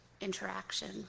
interaction